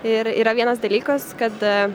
ir yra vienas dalykas kad